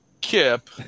Kip